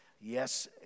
yes